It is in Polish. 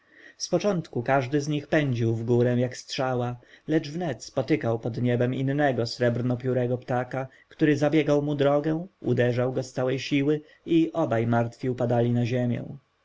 z początku każdy z nich pędził wgórę jak strzała lecz wnet spotykał pod niebem innego srebrno-piórego ptaka który zabiegał mu drogę uderzał go z całej siły i obaj martwi upadali na ziemię